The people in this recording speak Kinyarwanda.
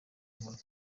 nkuru